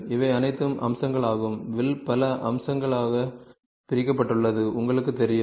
இவை அனைத்தும் அம்சங்களாகும் வில் பல அம்சங்களாகப் பிரிக்கப்பட்டுள்ளது உங்களுக்குத் தெரியும்